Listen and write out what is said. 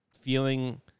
feeling